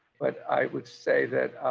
but i would say that